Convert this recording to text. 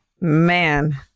man